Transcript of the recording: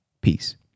Peace